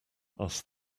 asked